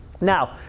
Now